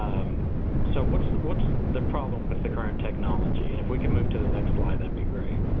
so what's the what's the problem with the current technology? and if we can move to the next slide, that'd be great.